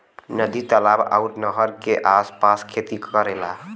नदी तालाब आउर नहर के आस पास खेती करेला